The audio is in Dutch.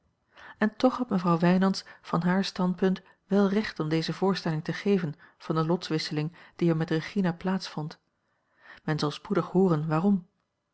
en toch had mevrouw wijnands van haar standpunt wel recht om deze voorstelling te geven van de lotswisseling die er met regina plaats vond men zal spoedig hooren waarom